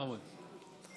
בכבוד.